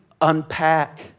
unpack